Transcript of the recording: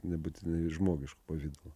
nebūtinai žmogišku pavidalu